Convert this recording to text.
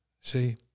See